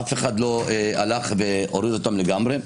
אף אחד לא הלך והוריד אותם לגמרי.